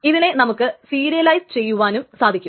ഇതിനെ നമുക്ക് സീരിലയിസ് ചെയ്യുവാനും സാധിക്കും